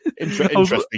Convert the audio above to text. interesting